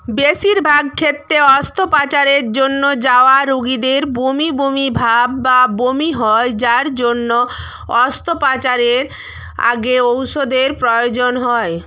বেশিরভাগ ক্ষেত্রে অস্ত্রোপচারের জন্য যাওয়া রোগীদের বমি বমি ভাব বা বমি হয় যার জন্য অস্ত্রোপচারের আগে ঔষধের প্রয়োজন হয়